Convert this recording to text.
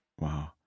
Wow